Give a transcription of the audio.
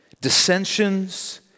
Dissensions